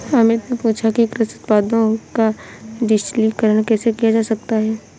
अमित ने पूछा कि कृषि उत्पादों का डिजिटलीकरण कैसे किया जा सकता है?